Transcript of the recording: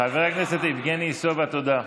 חבר הכנסת יבגני סובה, תודה.